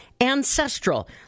Ancestral